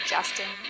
Justin